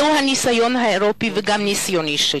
זהו הניסיון האירופי, וגם ניסיוני שלי.